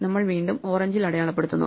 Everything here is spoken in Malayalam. നമ്മൾ വീണ്ടും ഓറഞ്ചിൽ അടയാളപ്പെടുത്തുന്നു